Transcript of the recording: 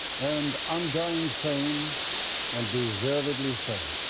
earned undying fame and deservedly so.